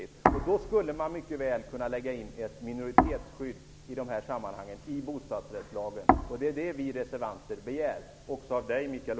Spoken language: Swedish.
I detta sammanhang skulle man mycket väl kunna införa ett minoritetsskydd i bostadsrättslagen. Det är detta som vi reservanter begär, också av Mikael